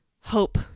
hope